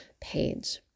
page